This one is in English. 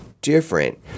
different